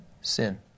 sin